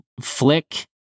flick